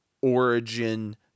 origin